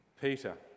Peter